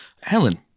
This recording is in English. Helen